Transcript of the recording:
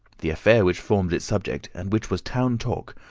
the affair which formed its subject, and which was town talk,